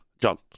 John